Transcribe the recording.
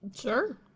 Sure